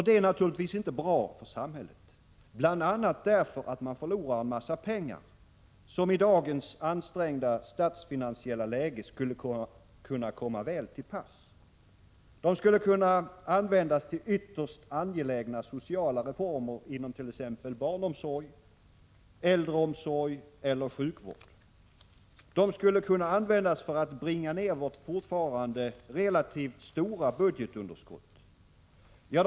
Det är naturligtvis inte bra för samhället, bl.a. därför att en massa pengar går förlorade som i dagens ansträngda statsfinansiella läge skulle komma väl till pass. De skulle kunna användas till ytterst angelägna sociala reformer inom t.ex. barnomsorg, äldreomsorg eller sjukvård. De skulle kunna användas för att bringa ned vårt fortfarande relativt stora budgetunderskott.